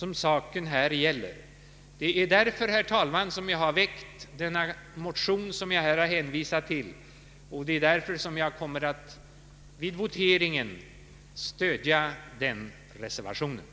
Detta är skälen till att jag har väckt den motion som jag här har hänvisat till, och det är därför som jag vid voteringen kommer att stödja reservation 3.